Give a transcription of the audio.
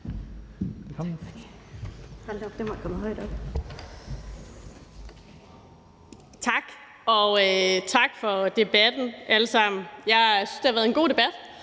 Tak. Og tak for debatten, alle sammen. Jeg synes, det har været en god debat,